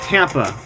Tampa